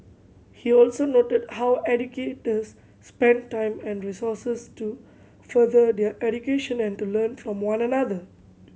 he also noted how educators spend time and resources to further their education and to learn from one another